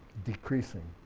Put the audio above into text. decreasing.